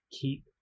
Keep